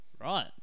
Right